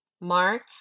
mark